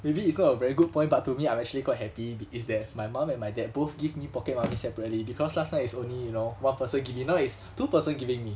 maybe it's not a very good point but to me I'm actually quite happy bec~ is that my mom and my dad both give me pocket money separately because last time it's only you know one person give me now it's two person giving me